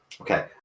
Okay